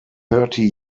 thirty